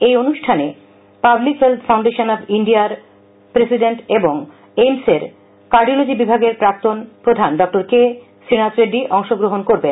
এই অনুষ্ঠানে public health foundation of ইন্ডিয়ার প্রেসিডেন্ট এবং এইমসের কার্ডিওলজি বিভাগের প্রাক্তন প্রধান ডাঃ কে শ্রীনাথ রেড্ডি অংশ নেবেন